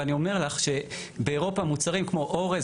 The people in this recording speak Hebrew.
ואני אומר לך שבאירופה מוצרים כמו אורז,